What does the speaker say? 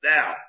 Now